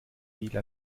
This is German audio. viele